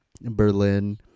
Berlin